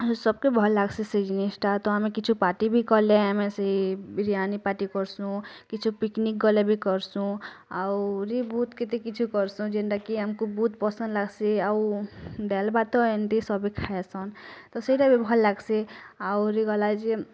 ସବକେ ଭଲ ଲାଗ୍ସି ସେ ଜିନିଷଟା ଆମେ କିଛି ପାର୍ଟି ବି କଲେ ଆମେ ସେ ବିରିୟାନୀ ପାର୍ଟି କରସୁଁ କିଛି ପିକନିକ୍ ଗଲେ ବି କରସୁଁ ଆଉରି ବହୁତ କିଛି କିଛି କରସୁଁ ଯେନତା କି ଆମକୁ ବହୁତ ପସନ୍ଦ ଲାଗ୍ସି ଆଉ ଡାଲି ଭାତ ଏମତି ସବୁ ଖାଇସନ୍ ତ ସେଇଟା ଭଲ ଲାଗ୍ସି ଆହୁରି ଗଲା ଜେ